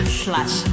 slash